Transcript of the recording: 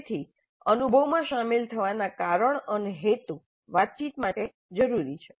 તેથી અનુભવમાં શામેલ થવાના કારણ અને હેતુ માટે વાતચીત કરવી જરૂરી છે